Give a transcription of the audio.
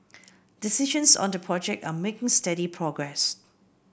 discussions on the project are making steady progress